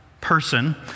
person